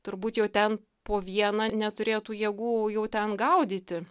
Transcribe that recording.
turbūt jau ten po vieną neturėjo jėgų jau ten gaudyti